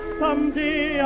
someday